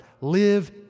Live